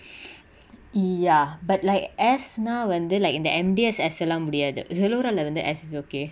ya but like yes நா வந்து:na vanthu like இந்த:intha M_D_S_S lah முடியாது:mudiyathu zalora lah வந்து:vanthu S_S okay